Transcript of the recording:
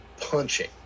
punching